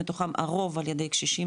מתוכם הרוב על ידי קשישים,